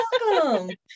welcome